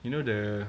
you know the